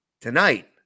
Tonight